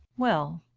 well,